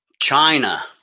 China